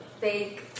fake